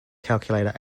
calculator